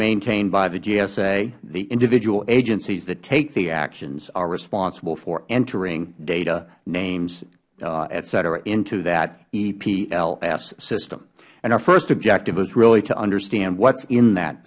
maintained by the gsa the individual agencies that take the actions are responsible for entering data names et cetera into that epls system and our first objective is really to understand what is in that